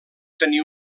tenir